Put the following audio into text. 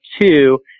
two